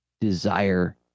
desire